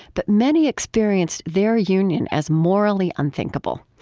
but many experienced their union as morally unthinkable.